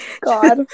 God